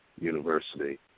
University